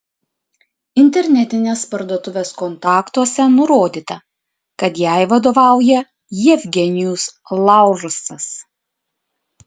internetinės parduotuvės kontaktuose nurodyta kad jai vadovauja jevgenijus laursas